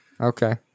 Okay